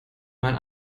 man